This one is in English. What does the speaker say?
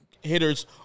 hitters